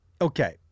okay